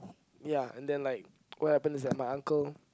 ya and then like what happened is that my uncle